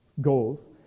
goals